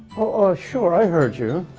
oh sure, i heard you.